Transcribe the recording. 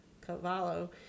Cavallo